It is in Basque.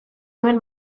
nuen